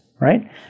right